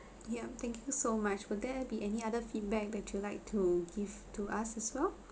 yup thank you so much will there be any other feedback that you like to give to us as well